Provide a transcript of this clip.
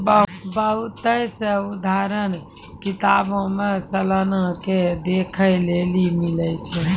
बहुते सभ उदाहरण किताबो मे सलाना के देखै लेली मिलै छै